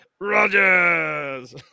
Rogers